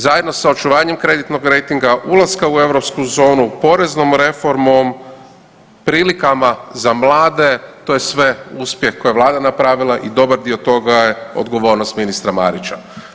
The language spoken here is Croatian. Zajedno sa očuvanjem kreditnog rejtinga, ulaska u eurozonu, poreznom reformom, prilikama za mlade, to je sve uspjeh koji je vlada napravila i dobar dio toga je odgovornost ministra Marića.